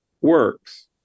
works